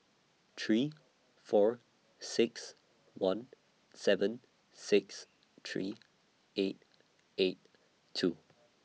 three four six one seven six three eight eight two